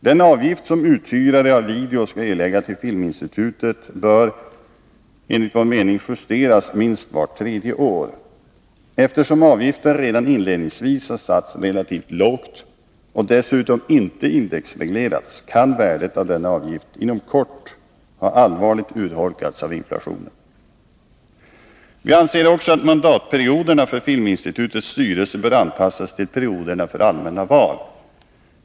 Den avgift som uthyrare av video skall erlägga till Filminstitutet bör enligt vår mening justeras minst vart tredje år. Eftersom avgiften redan inledningsvis har satts relativt lågt och dessutom inte indexreglerats, kan värdet av denna avgift inom kort ha allvarligt urholkats av inflationen. Vi anser också att mandatperioderna för Filminstitutets styrelse bör anpassas till perioderna för allmänna val.